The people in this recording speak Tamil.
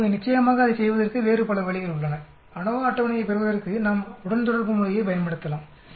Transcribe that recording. இப்போது நிச்சயமாக அதைச் செய்வதற்கு வேறு பல வழிகள் உள்ளன ANOVA அட்டவணையைப் பெறுவதற்கு நாம் உடன்தொடர்பு முறையை பயன்படுத்தலாம்